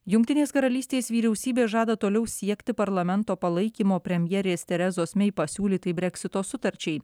jungtinės karalystės vyriausybė žada toliau siekti parlamento palaikymo premjerės terezos mei pasiūlytai breksito sutarčiai